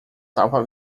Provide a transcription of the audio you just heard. salva